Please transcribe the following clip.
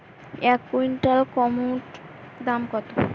এক কুইন্টাল কুমোড় দাম কত?